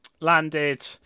Landed